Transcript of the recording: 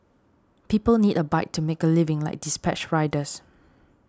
people need a bike to make a living like dispatch riders